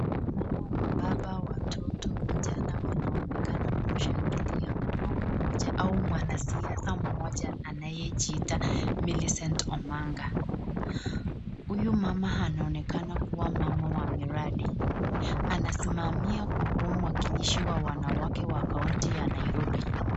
Wamama, wababa, watoto, vijana wanaonekana kumshangilia mama mmoja au mwanasiasa mmoja anayejiita Milicent Omanga. Uyu mama anaonekanakuwa mama wa miradi. Anasimamia kukuwa mwakilishi wanawake wa kaunti ya Nairobi.